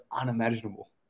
unimaginable